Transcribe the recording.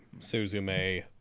Suzume